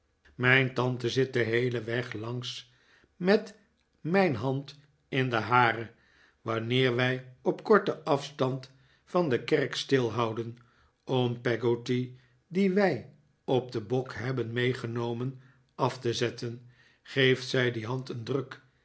mijn tante zit den heelen weg lahgs met mijn hand in de hare wanneer wij op korten afstand van de kerk stilhouden om peggotty die wij op den bok hebben meegenomen af te zetten geeft zij die hand een drtik